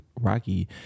rocky